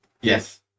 Yes